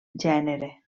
gènere